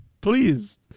please